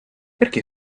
perché